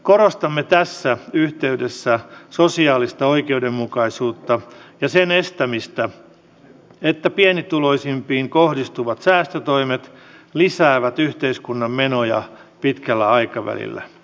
korostamme tässä yhteydessä sosiaalista oikeudenmukaisuutta ja sen estämistä että pienituloisimpiin kohdistuvat säästötoimet lisäävät yhteiskunnan menoja pitkällä aikavälillä